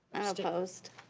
opposed.